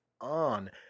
on